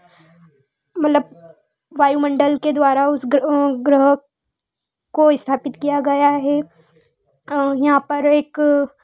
मतलब वायुमंडल के द्वारा उस ग्रह को स्थापित किया गया है यहाँ पर एक